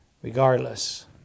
Regardless